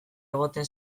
egoten